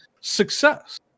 success